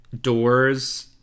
doors